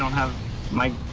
have my